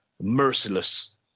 merciless